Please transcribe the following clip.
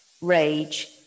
rage